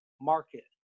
market